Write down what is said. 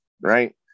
right